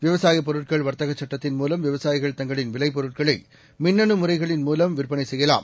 விவசாயபொருட்கள் வர்த்தகசட்டத்தின் விவசாயிகள் தங்களின் மூலம் விலைபொருட்களைமின்னணுமுறைகளின் மூலம் விற்பனைசெய்யலாம்